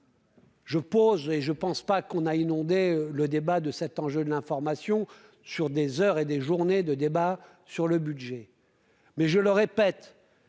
et je pense pas qu'on aille inondé le débat de cet enjeu de l'information sur des heures et des journées de débats sur le budget, mais je le répète